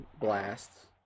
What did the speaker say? blasts